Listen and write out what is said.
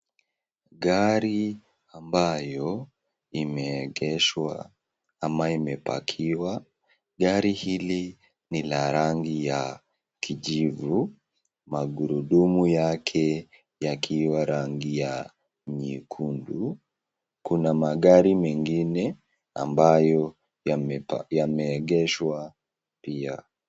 Gari ambayo imeegeshwa ama imepakiwa. Gari hili ni la rangi ya kijivu, magurudumu yake yakiwa rangi ya nyekundu. Kuna magari mengine ambayo yamepa.. yameegeshwa pia.